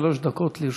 שלוש דקות לרשותך.